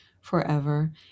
forever